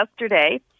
yesterday